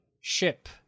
ship